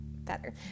better